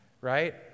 Right